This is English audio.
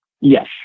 Yes